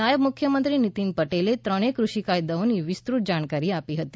નાયબ મુખ્યમંત્રી નીતીન પટેલે ત્રણેય કૃષિ કાયદોની વિસ્તૃત જાણકારી આપી હતી